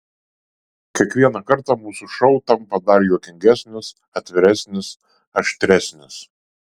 kiekvieną kartą mūsų šou tampa dar juokingesnis atviresnis aštresnis